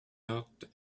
out